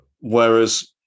Whereas